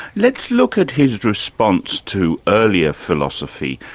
let's look at his response to earlier philosophy.